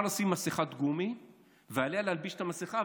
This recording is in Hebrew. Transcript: לשים מסכת גומי ועליה להלביש את המסכה,